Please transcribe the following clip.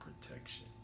protection